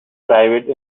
private